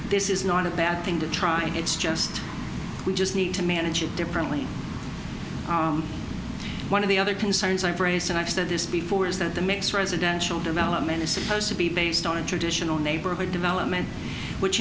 this is not a bad thing to try it's just we just need to manage it differently one of the other concerns i've raised and i've said this before is that the mix residential development is supposed to be based on traditional neighborhood development which